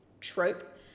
trope